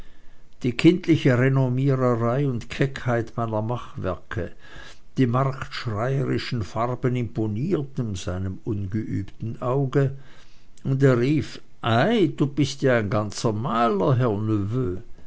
die kindliche renommisterei und keckheit meiner machwerke die marktschreierischen farben imponierten seinem ungeübten auge und er rief ei du bist ja ein ganzer maler herr